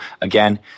again